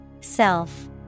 Self